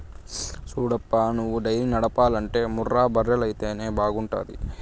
సూడప్పా నువ్వు డైరీ నడపాలంటే ముర్రా బర్రెలైతేనే బాగుంటాది